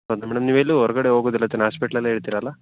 ಹೌದಾ ಮೇಡಮ್ ನೀವೆಲ್ಲೂ ಹೊರಗಡೆ ಹೋಗೋದಿಲ್ಲ ತಾನೆ ಹಾಸ್ಪಿಟಲಲ್ಲೇ ಇರ್ತೀರಲ್ಲ